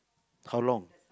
how long